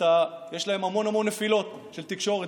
יש להם המון המון נפילות של תקשורת,